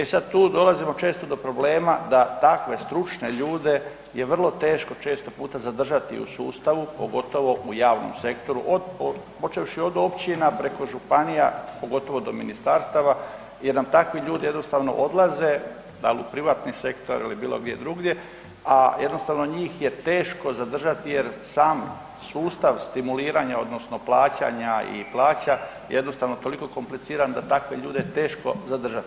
E sad tu dolazimo često do problema takve stručne ljude je vrlo teško često puta zadržati u sustavu, pogotovo u javnom sektoru, počevši od općina preko županija, pogotovo do ministarstava, jer nam takvi ljudi jednostavno odlaze dal u privatni sektor ili bilo gdje drugdje a jednostavno njih je teško zadržati jer sam sustav stimuliranja odnosno plaćanja i plaća jednostavno je toliko kompliciran da takve ljude je teško zadržati.